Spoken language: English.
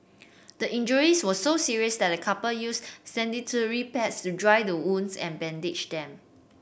the injuries were so serious the couple used sanitary pads to dry the wounds and bandage them